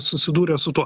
susidūrė su tuo